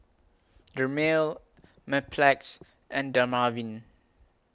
Dermale Mepilex and Dermaveen